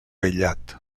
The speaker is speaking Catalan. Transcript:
aïllat